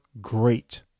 great